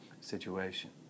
situation